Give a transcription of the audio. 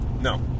No